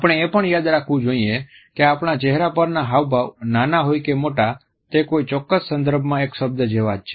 આપણે એ પણ યાદ રાખવું જોઈએ કે આપણા ચહેરા પરના હાવભાવ નાના હોય કે મોટા તે કોઈ ચોક્કસ સંદર્ભમાં એક શબ્દ જેવા જ છે